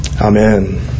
Amen